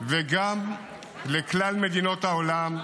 וגם לכלל מדינות העולם,